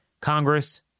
Congress